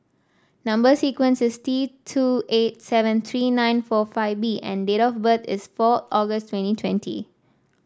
number sequence is T two eight seven three nine four five B and date of birth is four August twenty twenty